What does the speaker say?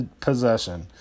possession